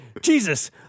Jesus